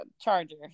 charger